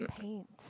paint